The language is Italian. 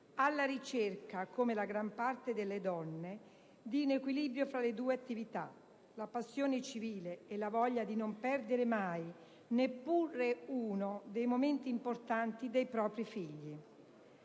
alla ricerca come la gran parte delle donne, di un equilibrio tra le due attività: la passione civile e la voglia di non perdere mai neppure uno dei momenti importanti dei propri figli.